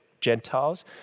Gentiles